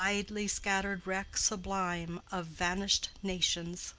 the widely scattered wreck sublime of vanished nations.